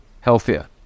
healthier